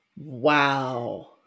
Wow